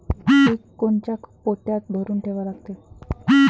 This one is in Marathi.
पीक कोनच्या पोत्यात भरून ठेवा लागते?